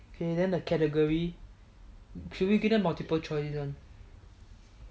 okay then the category should we give them multiple choice this one